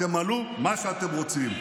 תמלאו מה שאתם רוצים.